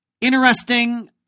interesting